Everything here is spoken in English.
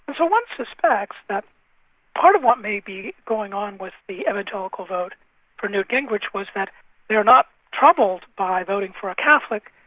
but one suspects that part of what may be going on with the evangelical vote for newt gingrich was that they're not troubled by voting for a catholic,